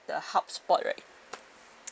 the hub spot right